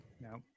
No